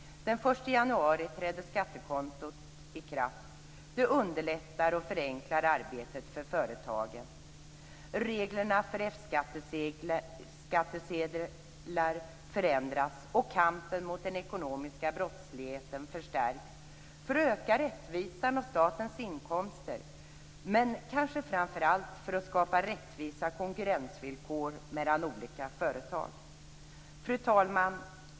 Den 1 januari träder skattekontot i kraft. Det underlättar och förenklar arbetet för företagen. Reglerna för F-skattsedlar förändras, och kampen mot den ekonomiska brottsligheten förstärks för att öka rättvisan och statens inkomster, men kanske framför allt för att skapa rättvisa konkurrensvillkor mellan olika företag. Fru talman!